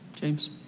James